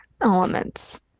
elements